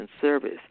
Service